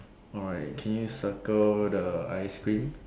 alright can you circle the ice cream